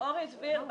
אורי דביר,